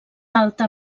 alta